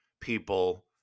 people